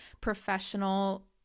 professional